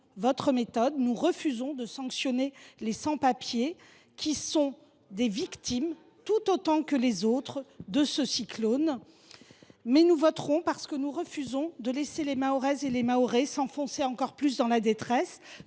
votre méthode : nous refusons de sanctionner les sans papiers, qui sont des victimes de ce cyclone tout autant que les autres. Nous le voterons, parce que nous refusons de laisser les Mahoraises et les Mahorais s’enfoncer encore plus dans la détresse.